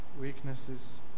weaknesses